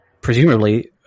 presumably